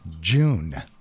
June